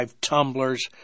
tumblers